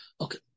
Okay